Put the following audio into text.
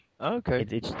okay